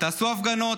תעשו הפגנות,